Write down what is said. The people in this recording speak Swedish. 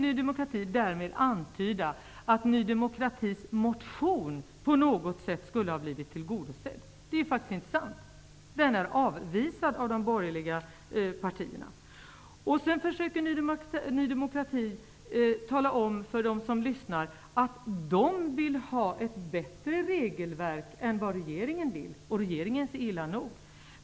Ny demokrati vill därmed antyda att Ny demokratis motion på något sätt skulle ha blivit tillgodosedd. Det är inte sant. Ny demokrati försöker tala om för dem som lyssnar att partiet vill ha ett bättre regelverk än vad regeringen vill. Regeringens är illa nog.